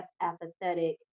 apathetic